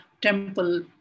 temple